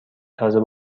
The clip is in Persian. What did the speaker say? تازه